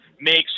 makes